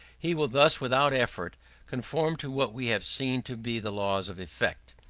he will thus without effort conform to what we have seen to be the laws of effect.